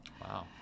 Wow